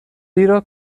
زیرا